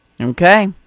Okay